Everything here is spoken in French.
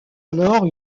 alors